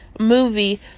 movie